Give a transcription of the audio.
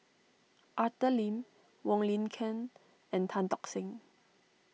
Arthur Lim Wong Lin Ken and Tan Tock Seng